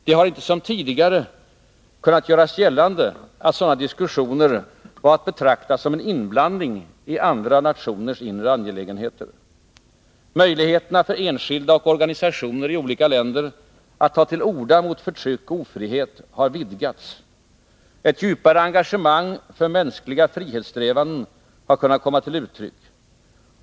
Det har inte, som tidigare, kunnat göras gällande att sådana diskussioner vore att betrakta som en inblandning i andra nationers inre angelägenheter. Möjligheterna för enskilda och organisationer i olika länder att ta till orda mot förtryck och ofrihet har vidgats. Ett djupare engagemang för mänskliga frihetssträvanden har kunnat komma till uttryck.